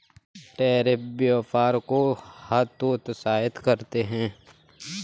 tariff व्यापार को हतोत्साहित करते हैं